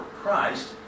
Christ